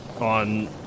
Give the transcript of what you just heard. on